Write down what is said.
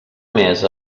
més